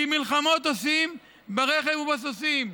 כי מלחמות עושים ברכב ובסוסים.